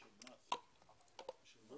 הישיבה